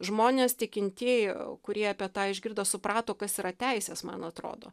žmonės tikintieji kurie apie tą išgirdo suprato kas yra teisės man atrodo